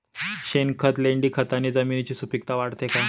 शेणखत, लेंडीखताने जमिनीची सुपिकता वाढते का?